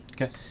Okay